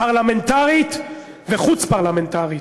פרלמנטרית וחוץ-פרלמנטרית,